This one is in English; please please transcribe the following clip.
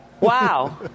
Wow